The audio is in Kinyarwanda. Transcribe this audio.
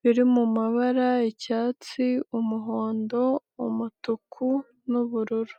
biri mu mabara, icyatsi, umuhondo, umutuku n'ubururu.